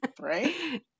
Right